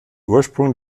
ursprung